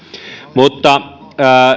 mutta